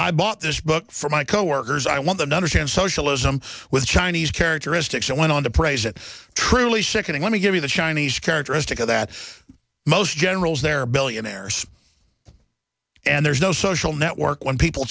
i bought this book for my coworkers i want them to understand socialism with chinese characteristics and went on to praise it truly sickening let me give you the chinese characteristic of that most generals their billionaires and there's no social network when people